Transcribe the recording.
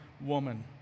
woman